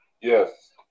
Yes